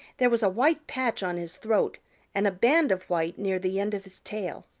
there was a white patch on his throat and a band of white near the end of his tail.